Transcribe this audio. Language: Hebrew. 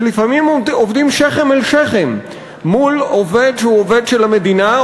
שלפעמים עובדים שכם אל שכם מול עובד שהוא עובד של המדינה,